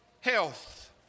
health